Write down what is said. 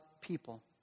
people